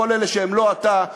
כל אלה שהם לא אתה,